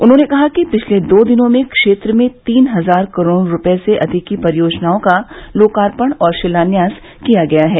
उन्होंने कहा कि पिछले दो दिनों में क्षेत्र में तीन हजार करोड़ रूपये से अधिक की परियोजनाओं का लोकार्पण और शिलान्यास किया गया है